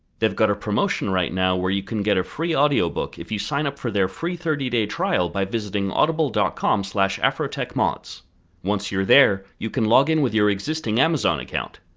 they've got a promotion right now where you can get a free audiobook if you sign up for their free thirty day trial by visiting audible dot com slash afrotechmods once you're there, you can log in with your existing amazon account.